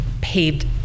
paved